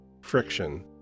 friction